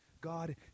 God